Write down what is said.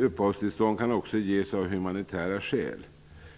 Uppehållstillstånd kan också ges av humanitära skäl.